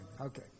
okay